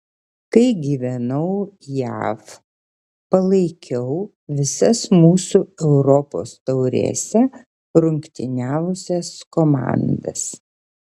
kai gyvenau jav palaikiau visas mūsų europos taurėse rungtyniavusias komandas